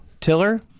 Tiller